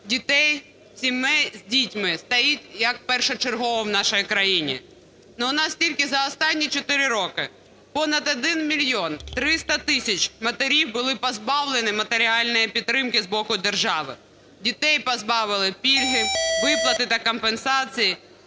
дітей, сімей з дітьми стоїть як першочергове в нашій країні. Ну у нас тільки за останні чотири роки понад 1 мільйон 300 тисяч матерів були позбавлені матеріальної підтримки з боку держави, дітей позбавили пільги, виплати та компенсації.